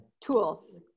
Tools